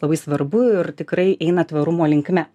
labai svarbu ir tikrai eina tvarumo linkme